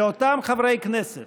הוא שאותם חברי כנסת